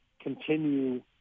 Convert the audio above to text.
continue